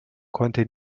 konnte